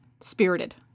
Spirited